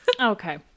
Okay